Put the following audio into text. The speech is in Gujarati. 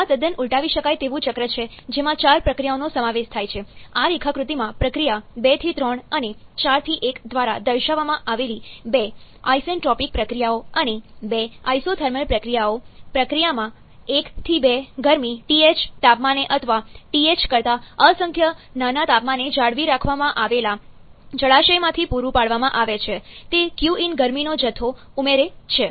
આ તદ્દન ઉલટાવી શકાય તેવું ચક્ર છે જેમાં ચાર પ્રક્રિયાઓનો સમાવેશ થાય છે આ રેખાકૃતિમાં પ્રક્રિયા 2 થી 3 અને 4 થી 1 દ્વારા દર્શાવવામાં આવેલી બે આઇસેન્ટ્રોપિક પ્રક્રિયાઓ અને બે આઇસોથર્મલ પ્રક્રિયાઓ પ્રક્રિયામાં 1 થી 2 ગરમી TH તાપમાને અથવા TH કરતા અસંખ્ય નાના તાપમાને જાળવી રાખવામાં આવેલા જળાશયમાંથી પૂરું પાડવામાં આવે છે તે qin ગરમીનો જથ્થો ઉમેરે છે